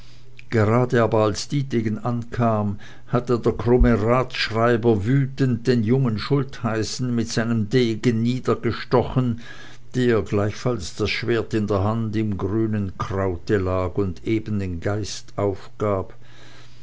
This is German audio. gerade aber als dietegen ankam hatte der krumme ratsschreiber wütend den jungen schultheißen mit seinem degen niedergestochen der gleichfalls das schwert in der hand im grünen kraute lag und eben den geist aufgab